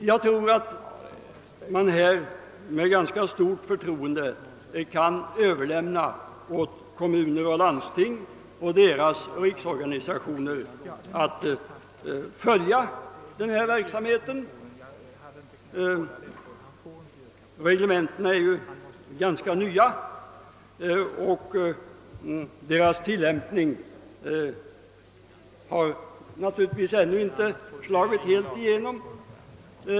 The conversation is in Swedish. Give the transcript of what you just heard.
Jag tror att man med ganska stort förtroende kan överlämna åt kommuner och landsting och deras riksorganisationer att följa denna verksamhet. Reglementena är ganska nya, och tillämp ningen har naturligtvis ännu inte slagit helt igenom.